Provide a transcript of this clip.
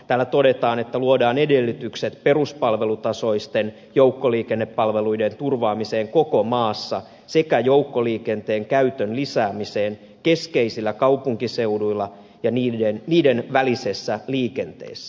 täällä todetaan että luodaan edellytykset peruspalvelutasoisten joukkoliikennepalveluiden turvaamiseen koko maassa sekä joukkoliikenteen käytön lisäämiseen keskeisillä kaupunkiseuduilla ja niiden välisessä liikenteessä